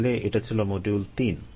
তাহলে এটা ছিল মডিউল তিন